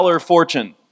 fortune